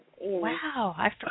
wow